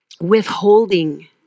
withholding